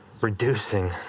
reducing